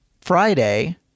Friday